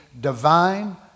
divine